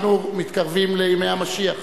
אנחנו מתקרבים לימי המשיח.